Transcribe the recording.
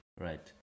Right